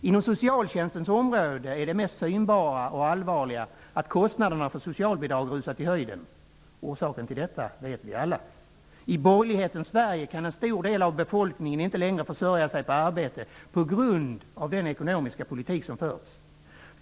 Inom socialtjänstens område är det mest synbara och allvarliga att kostnaderna för socialbidrag rusat i höjden. Orsaken till detta vet vi alla. I borgerlighetens Sverige kan en stor del av befolkningen inte längre försörja sig på arbete på grund av den ekonomiska politik som förs.